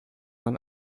man